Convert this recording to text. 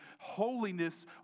Holiness